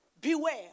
Beware